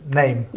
name